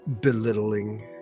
belittling